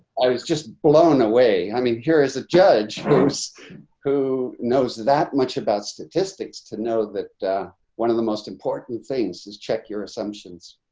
i was just blown away. i mean, here is a judge who knows that much about statistics to know that one of the most important things is check your assumptions.